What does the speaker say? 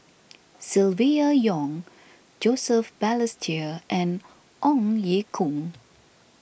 Silvia Yong Joseph Balestier and Ong Ye Kung